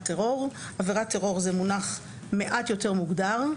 טרור" "עבירת טרור" זה מונח מעט יותר מוגדר,